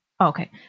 Okay